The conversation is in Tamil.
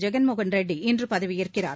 ஜெகன்மோகன் ரெட்டி இன்று பதவியேற்கிறார்